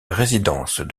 résidence